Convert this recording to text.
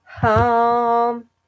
home